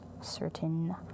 certain